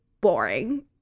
boring